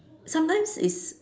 sometimes it's